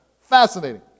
Fascinating